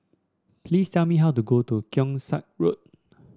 please tell me how to go to Keong Saik Road